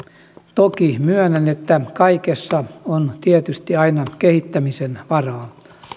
toki myönnän että kaikessa on tietysti aina kehittämisen varaa